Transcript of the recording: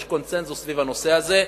יש קונסנזוס סביב הנושא הזה.